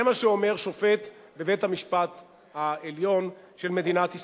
זה מה שאומר שופט בבית-המשפט העליון של מדינת ישראל.